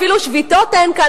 אפילו שביתות אין כאן.